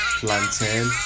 plantain